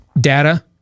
data